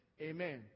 amen